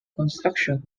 construction